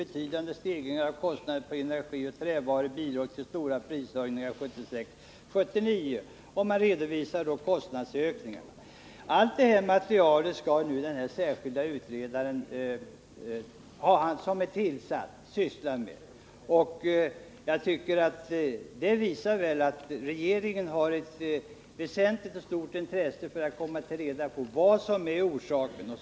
Betydande stegringar av kostnaderna på energi och trävaror bidrog till stora prishöjningar 1976 och 1979. I utredningen redovisas också kostnadsökningarna. Allt detta material skall nu den särskilda utredaren som är tillsatt syssla med. Det visar väl att regeringen har ett väsentligt och stort intresse av att få reda på orsakerna till denna utveckling.